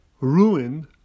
ruined